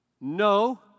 no